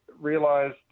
realized